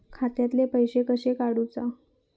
खात्यातले पैसे कशे काडूचा?